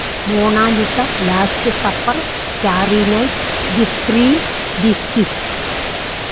mona lisa last supper starry night the screen the kiss